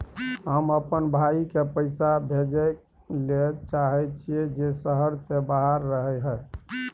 हम अपन भाई के पैसा भेजय ले चाहय छियै जे शहर से बाहर रहय हय